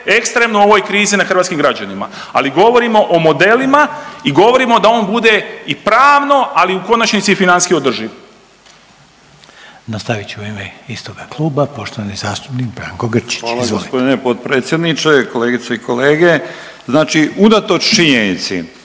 ekstremno u ovoj krizi na hrvatskim građanima, ali govorimo o modelima i govorimo da on bude i pravno, ali u konačnici i financijski održiv. **Reiner, Željko (HDZ)** Nastavit će u ime istoga kluba poštovani zastupnik Branko Grčić, izvolite. **Grčić, Branko (SDP)** Hvala g. potpredsjedniče, kolegice i kolege. Znači unatoč činjenici